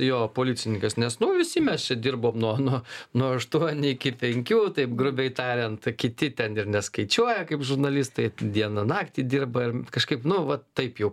jo policininkas nes visi mes čia dirbam nuo nuo nuo aštuonių iki penkių taip grubiai tariant kiti ten ir neskaičiuoja kaip žurnalistai dieną naktį dirba ir kažkaip nu vat taip jau